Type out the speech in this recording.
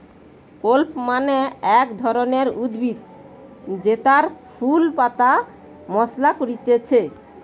clove মানে এক ধরণকার উদ্ভিদ জেতার ফুল পাতা মশলা করতিছে